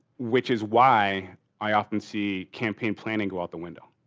which is why i often see campaign planning go out the window.